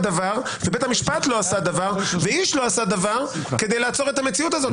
ובית המשפט לא עשה דבר ואיש לא עשה דבר כדי לעצור את המציאות הזאת.